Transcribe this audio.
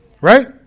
Right